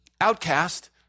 outcast